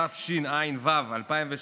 התשע"ו 2016,